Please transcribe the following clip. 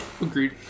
Agreed